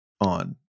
on